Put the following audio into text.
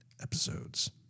episodes